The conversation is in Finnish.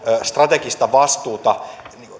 strategista vastuuta